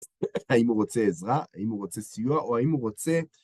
האם הוא רוצה עזרה, האם הוא רוצה סיוע, או האם הוא רוצה...